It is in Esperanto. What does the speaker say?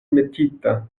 metita